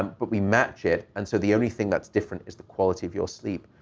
um but we match it, and so the only thing that's different is the quality of your sleep,